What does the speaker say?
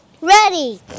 Ready